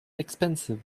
expensive